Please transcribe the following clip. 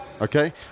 okay